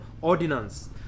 ordinance